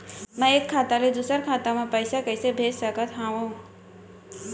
मैं एक खाता ले दूसर खाता मा पइसा कइसे भेज सकत हओं?